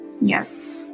Yes